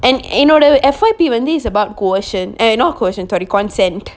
and என்னோட:ennoda efati வந்து:vanthu is about coercion eh not coercion sorry consent